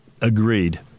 Agreed